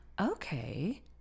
okay